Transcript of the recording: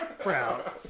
Proud